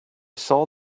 saw